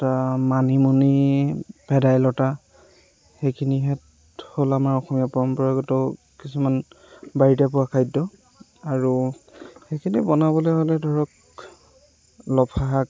মানিমুনি ভেদাইলতা সেইখিনিহঁত হ'ল আমাৰ অসমীয়া পৰম্পৰাগত কিছুমান বাৰীতে পোৱা খাদ্য আৰু সেইখিনি বনাবলৈ হ'লে ধৰক লফা শাক